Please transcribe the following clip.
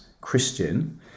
Christian